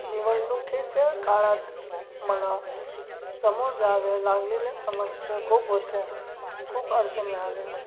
निवडणुकीच्या काळात मला सामोरं जाव्या लागलेल्या समस्या खूप होत्या खूप अडचणी आल्या